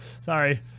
sorry